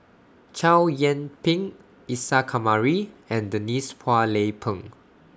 Chow Yian Ping Isa Kamari and Denise Phua Lay Peng